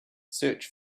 search